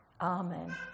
Amen